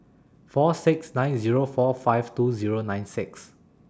four six nine Zero four five two Zero nine six